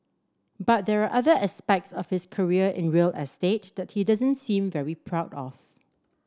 but there are other aspects of his career in real estate that he doesn't seem very proud of